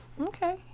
Okay